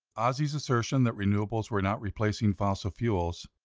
ozzie's assertion that renewables were not replacing fossil fuels,